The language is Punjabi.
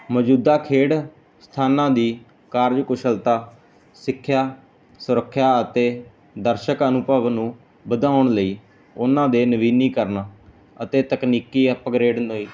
ਮੌਜੂਦਾ ਖੇਡ ਸਥਾਨਾਂ ਦੀ ਕਾਰਜ ਕੁਸ਼ਲਤਾ ਸਿੱਖਿਆ ਸੁਰੱਖਿਆ ਅਤੇ ਦਰਸ਼ਕ ਅਨੁਭਵ ਨੂੰ ਵਧਾਉਣ ਲਈ ਉਹਨਾਂ ਦੇ ਨਵੀਨੀਕਰਨ ਅਤੇ ਤਕਨੀਕੀ ਅਪਗਰੇਡ ਲਈ